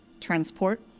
transport